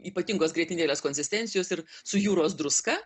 ypatingos grietinėlės konsistencijos ir su jūros druska